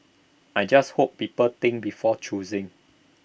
I just hope people think before choosing